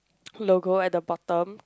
logo at the bottom